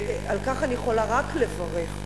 על כך אני יכולה רק לברך.